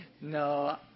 No